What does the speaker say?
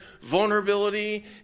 vulnerability